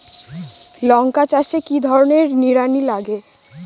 লঙ্কা চাষে কি ধরনের নিড়ানি লাগে?